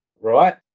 right